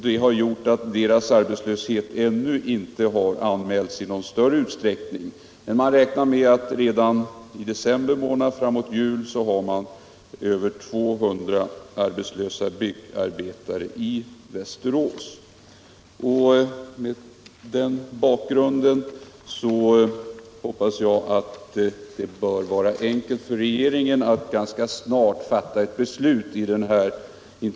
Det har gjort — Nr 24 att de ännu inte i någon större utsträckning anmält sig som arbetslösa. Men man räknar med att redan i december, framåt jul, ha över 200 arbetslösa byggarbetare i Västerås. Silodktvniinnn rss tta Mot denna bakgrund hoppas jag att det blir enkelt för regeringen att Om utvidgning av snabbt fatta beslut i denna fråga.